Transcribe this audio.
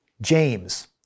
James